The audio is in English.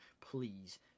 Please